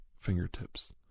fingertips